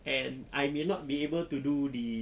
and I may not be able to do the